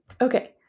Okay